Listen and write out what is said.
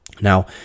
now